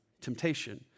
temptation